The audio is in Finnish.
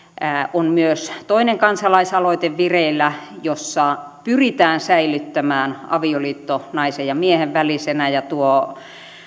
on myös toinen kansalaisaloite vireillä jossa pyritään säilyttämään avioliitto naisen ja miehen välisenä ja tuo